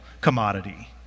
commodity